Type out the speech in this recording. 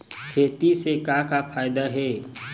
खेती से का का फ़ायदा हे?